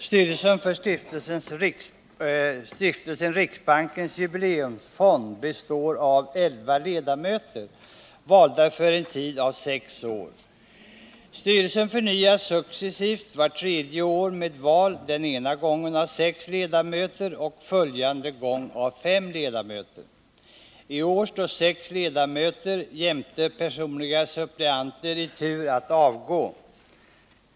Fru talman! Styrelsen för Stiftelsen Riksbankens jubileumsfond består av elva ledamöter, valda för en tid av sex år. Styrelsen förnyas successivt vart tredje år med val den ena gången av sex ledamöter och följande gång av fem ledamöter. I år står sex ledamöter jämte personliga suppleanter i tur att avgå.